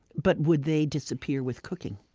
but would they disappear with cooking?